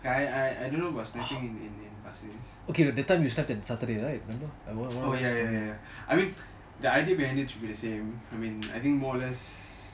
okay but that time you start on saturday right remember what what what was it